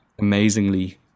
amazingly